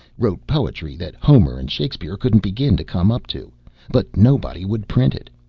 wrote poetry that homer and shakespeare couldn't begin to come up to but nobody would print it,